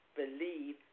believe